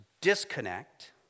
disconnect